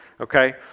okay